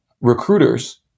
recruiters